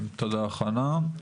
תודה, חנא.